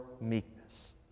meekness